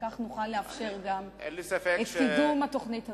וכך נוכל לאפשר גם את קידום התוכנית הזאת.